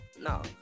No